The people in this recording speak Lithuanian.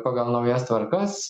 pagal naujas tvarkas